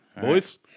Boys